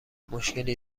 مشکلی